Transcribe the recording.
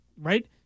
right